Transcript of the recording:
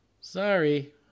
Sorry